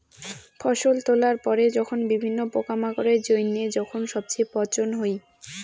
ফসল তোলার পরে যখন বিভিন্ন পোকামাকড়ের জইন্য যখন সবচেয়ে পচন হই